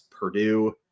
Purdue